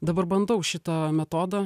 dabar bandau šitą metodą